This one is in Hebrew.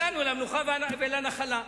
הגענו אל המנוחה ואל הנחלה.